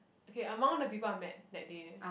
okay among the people I met that day